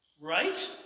Right